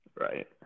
Right